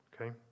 Okay